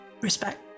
respect